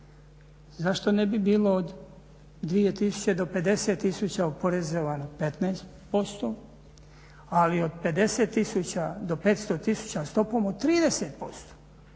Zašto ne bi bilo od 2 tisuće do 50 tisuća oporezivano 15%, ali od 50 tisuća do 500 tisuća stopom od 30%?